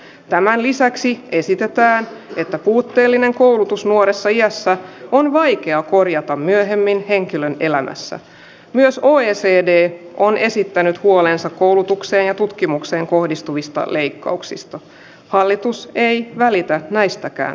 tämän lisäksi esitetään että puutteellinen koulutus nuoressa iässä on vaikea korjata myöhemmin henkilön elämässä myös ohjeeseen on esittänyt huolensa koulutukseen ja tutkimukseen kohdistuvista leikkauksista hallitus ei välitä näistäkään